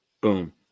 Boom